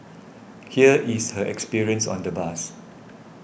here is her experience on the bus